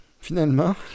finalement